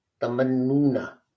tamannuna